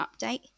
update